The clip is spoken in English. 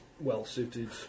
well-suited